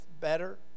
better